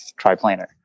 triplanar